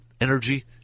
energy